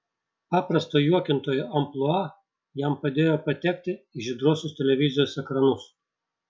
paprasto juokintojo amplua jam padėjo patekti į žydruosius televizijos ekranus